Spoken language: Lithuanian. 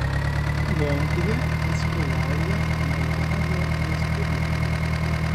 lilongvė atstovauja malavio respublikai